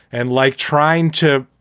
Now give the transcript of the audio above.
and like, trying to,